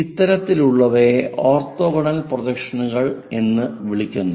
ഇത്തരത്തിലുള്ളവയെ orthogonal പ്രൊജക്ഷനുകൾ എന്ന് വിളിക്കുന്നു